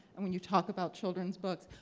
and when you talk about children's books,